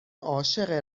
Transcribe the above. عاشق